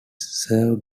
served